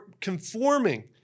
conforming